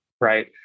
right